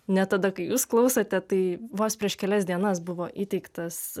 ne tada kai jūs klausote tai vos prieš kelias dienas buvo įteiktas